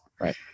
right